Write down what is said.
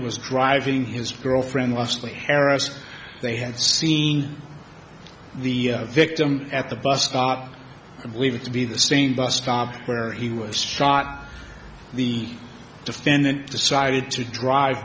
was driving his girlfriend lustily heiress they had seen the victim at the bus and believe it to be the same bus stop where he was shot the defendant decided to drive